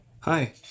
Hi